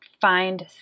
find